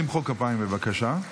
לא למחוא כפיים, בבקשה.